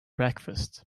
breakfast